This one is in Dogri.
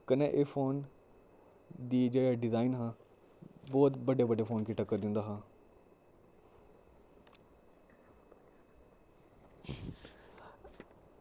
कन्नै एह् फोन दी जेह्ड़ा डिजाईन हा बोह्त बड्डे बड्डे फोन कि टक्कर दिंदा हा